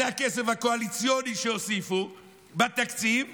זה הכסף הקואליציוני שהוסיפו בתקציב,